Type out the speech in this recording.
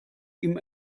ihm